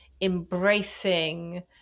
embracing